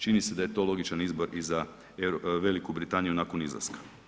Čini se da je to logičan izbor i za Veliku Britaniju nakon izlaska.